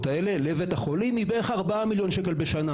האלה לבית החולים היא בערך 4 מיליון שקלים בשנה.